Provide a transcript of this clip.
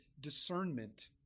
discernment